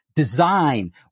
design